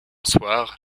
soir